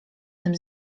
tym